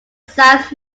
south